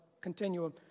continuum